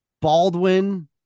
Baldwin